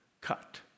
cut